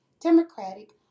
Democratic